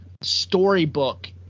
storybook